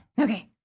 Okay